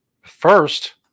First